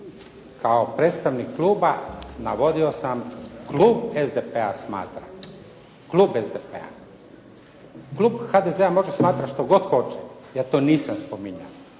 Kao predstavnik kluba navodio sam klub SDP-a smatra. Klub HDZ-a može smatrati što god hoće, ja to nisam spominjao.